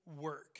work